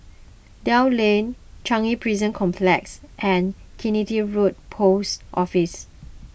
Dell Lane Changi Prison Complex and Killiney Road Post Office